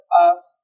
up